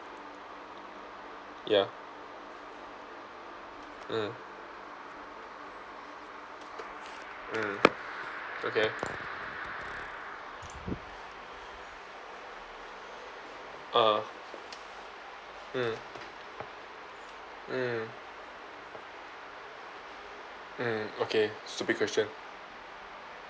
ya mm mm okay ah mm mm mm okay stupid question